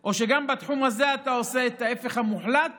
או שגם בתחום הזה אתה עושה את ההפך המוחלט